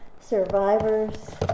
Survivors